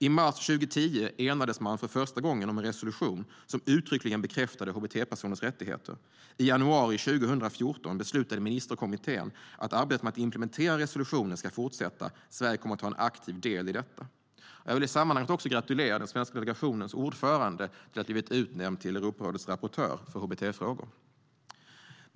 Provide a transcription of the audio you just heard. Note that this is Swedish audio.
I mars 2010 enades man för första gången om en resolution som uttryckligen bekräftade hbt-personers rättigheter. I januari 2014 beslutade ministerkommittén att arbetet med att implementera resolutionen ska fortsätta. Sverige kommer att ta en aktiv del i detta. Jag vill i sammanhanget gratulera den svenska delegationens ordförande till att ha blivit utnämnd till Europarådets rapportör för hbt-frågor.